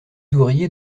ouvriers